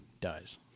dies